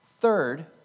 Third